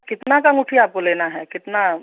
कितने की अंगूठी आपको लेना है कितना